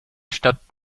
stadt